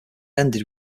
ended